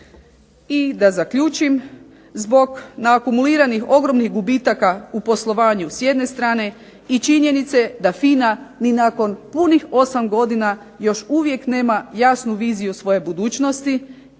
I da zaključim. Zbog naakumuliranih ogromnih gubitaka u poslovanju s jedne strane i činjenice da FINA i nakon punih 8 godina još uvijek nema jasnu viziju svoje budućnosti